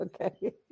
okay